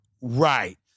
Right